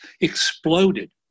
exploded